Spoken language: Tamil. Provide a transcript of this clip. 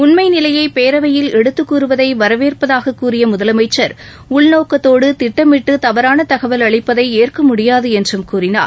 உண்மை நிலையை பேரவையில் எடுத்துக்கூறுவதை வரவேற்பதாக கூறிய முதலமைச்சர் உள்நோக்கத்தோடு திட்டமிட்டு தவறான தகவல் அளிப்பதை ஏற்கமுடியாது என்றும் கூறினார்